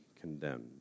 condemned